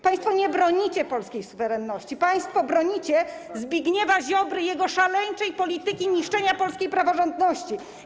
Państwo nie bronicie polskiej suwerenności, państwo bronicie Zbigniewa Ziobry i jego szaleńczej polityki niszczenia polskiej praworządności.